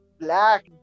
black